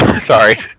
Sorry